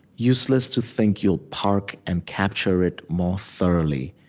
useless to think you'll park and capture it more thoroughly.